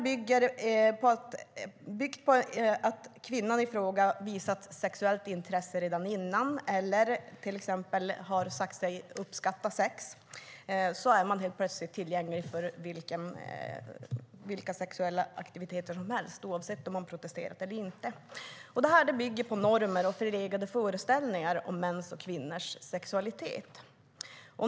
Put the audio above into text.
Detta är byggt att kvinnan i fråga har visat sexuellt intresse redan före eller till exempel har sagt sig uppskatta sex. Då är man helt plötsligt tillgänglig för vilka sexuella aktiviteter som helst, oavsett om man har protesterat eller inte. Det bygger på normer och förlegade föreställningar om mäns och kvinnors sexualitet.